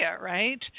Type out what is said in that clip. right